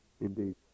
Indeed